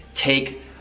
Take